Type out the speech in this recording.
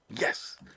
Yes